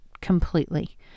completely